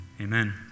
Amen